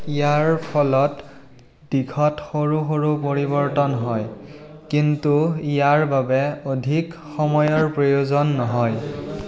ইয়াৰ ফলত দিশত সৰু সৰু পৰিৱৰ্তন হয় কিন্তু ইয়াৰ বাবে অধিক সময়ৰ প্ৰয়োজন নহয়